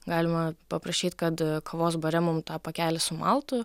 galima paprašyt kad kavos bare mum tą pakelį sumaltų